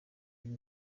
hari